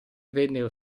vennero